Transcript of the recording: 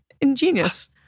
ingenious